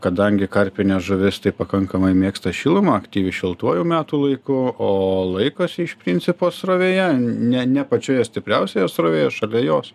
kadangi karpinė žuvis tai pakankamai mėgsta šilumą aktyvi šiltuoju metų laiku o laikosi iš principo srovėje ne ne pačioje stipriausioje srovėje šalia jos